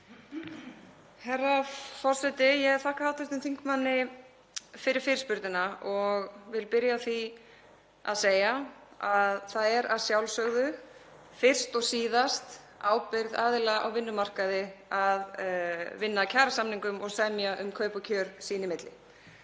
Herra forseti. Ég þakka hv. þingmanni fyrir fyrirspurnina og vil byrja á því að segja að það er að sjálfsögðu fyrst og síðast ábyrgð aðila á vinnumarkaði að vinna að kjarasamningum og semja um kaup og kjör sín í milli.